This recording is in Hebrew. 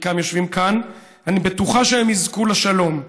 חלקם יושבים כאן, יזכו לשלום,